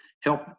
help